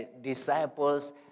disciples